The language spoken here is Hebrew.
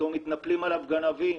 פתאום מתנפלים עליו גנבים.